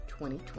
2020